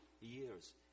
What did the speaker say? years